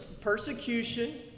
Persecution